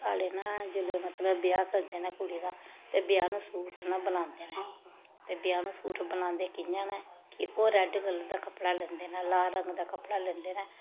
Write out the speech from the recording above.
साढ़े ना जेल्लै मतलब ब्याह करदे ना कुड़ी दा ते ब्याह्नू सूट ना बनांदे न ते ब्याह्नू सूट बनांदे कि'यां न कि ओह् रैड्ड कलर दा कपड़ा लैंदे न लाल रंग दा कपड़ा लैंदे न